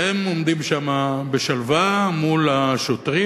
והם עומדים שם בשלווה מול השוטרים.